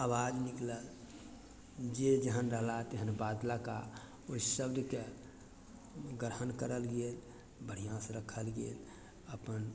आवाज निकलल जे जेहन रहला तेहन बात लअके ओइ शब्दके ग्रहण करल गेल बढ़िआँसँ रखल गेल अपन